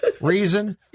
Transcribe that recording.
reason